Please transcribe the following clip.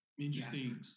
Interesting